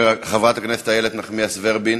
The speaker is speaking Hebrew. חברת הכנסת איילת נחמיאס ורבין,